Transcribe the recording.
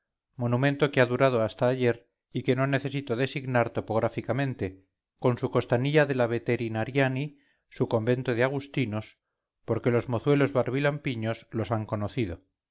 monumento que ha durado hasta ayer y que no necesito designar topográficamente con su costanilla de la veterinariani su convento de agustinos porque los mozuelos barbilampiños los han conocido